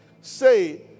say